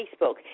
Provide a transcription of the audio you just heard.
Facebook